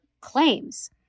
claims